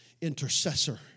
intercessor